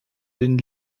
den